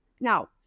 Now